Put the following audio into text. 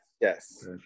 yes